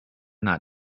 not